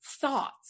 thoughts